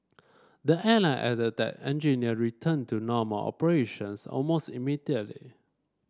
the airline added that engineer returned to normal operations almost immediately